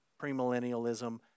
premillennialism